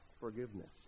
forgiveness